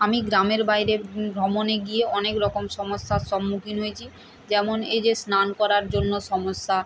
আমি গ্রামের বাইরে ভ্রমণে গিয়ে অনেক রকম সমস্যার সম্মুখীন হয়েছি যেমন এই যে স্নান করার জন্য সমস্যা